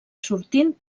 sortint